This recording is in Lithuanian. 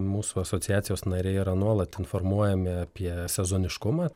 mūsų asociacijos nariai yra nuolat informuojami apie sezoniškumą